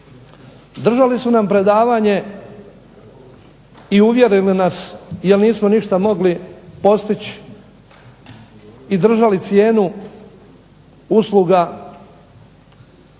Držali su nam predavanje i uvjerili su nas, jer nismo ništa mogli postići i držali cijenu usluga